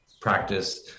practice